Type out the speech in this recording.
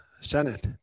Senate